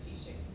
teaching